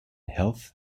health